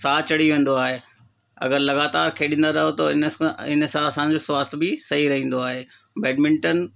साउ चढ़ी वेंदो आहे अगरि लॻातार खेॾंदा रहो त इन सां इन सां असांजो स्वास्थ्य बि सही रहंदो आहे बैडमिंटन